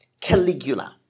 Caligula